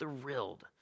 thrilled